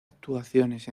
actuaciones